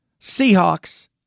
Seahawks